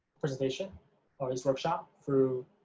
presentation or this workshop through